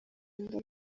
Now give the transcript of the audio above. inda